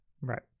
Right